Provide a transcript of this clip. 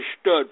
stood